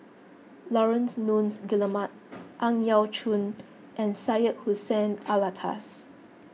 Laurence Nunns Guillemard Ang Yau Choon and Syed Hussein Alatas